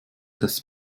das